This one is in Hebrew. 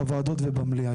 בוועדות ובמליאה.